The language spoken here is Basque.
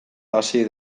hasi